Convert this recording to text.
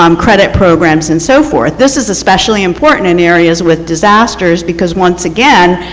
um credit programs and so forth. this is especially important in areas with disasters. because once again,